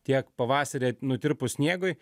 tiek pavasarį nutirpus sniegui